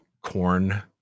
corn